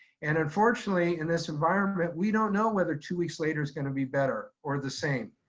and unfortunately in this environment, we don't know whether two weeks later is gonna be better or the same.